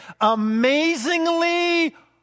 amazingly